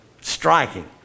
striking